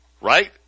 right